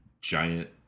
giant